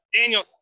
Daniel